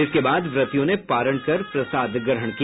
इसके बाद व्रतियों ने पारण कर प्रसाद ग्रहण किया